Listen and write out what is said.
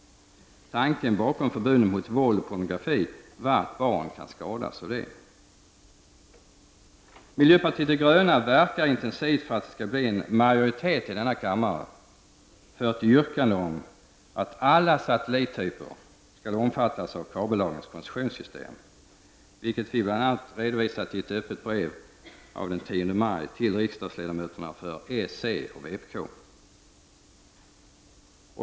Tanken bakom förbuden mot våld och pornografi var att barn kan skadas därav. Miljöpartiet de gröna verkar intensivt för att det skall bli en majoritet i denna kammare för yrkandet att alla satellittyper skall omfattas av kabellagens koncessionssystem, vilket vi bl.a. redovisat i ett öppet brev av den 10 maj till riksdagsledamöterna för s, c och vpk.